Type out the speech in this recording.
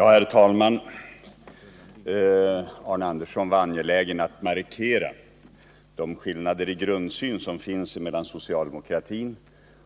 Herr talman! Arne Andersson i Ljung var angelägen om att markera de skillnader i grundsyn som finns mellan socialdemokratin